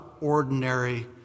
Ordinary